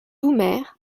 doumer